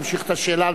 להמשיך את השאלה,